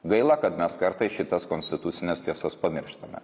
gaila kad mes kartais šitas konstitucines tiesas pamirštame